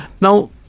Now